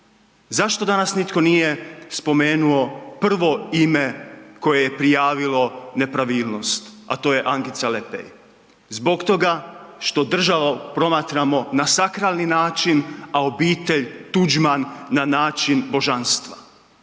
Zašto danas nitko nije spomenuo prvo ime koje je prijavilo nepravilnost? A to je Ankica Lepej. Zbog toga što državu promatramo na sakralni način, a obitelj Tuđman na način božanstva.